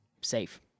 safe